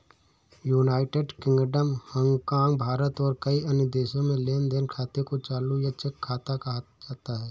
United Kingdom, Hong Kong, Bharat और कई अन्य देशों में लेन देन खाते को चालू या चेक खाता कहा जाता है